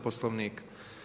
Poslovnika.